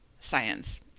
science